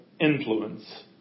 influence